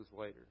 later